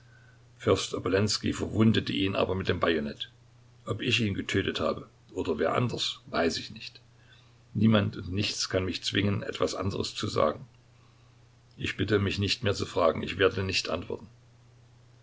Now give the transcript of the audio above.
obolenskij verwundete ihn aber mit dem bajonett ob ich ihn getötet habe oder wer anders weiß ich nicht niemand und nichts kann mich zwingen etwas anderes zu sagen ich bitte mich nicht mehr zu fragen ich werde nicht antworten